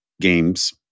games